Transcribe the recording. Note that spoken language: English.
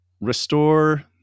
restore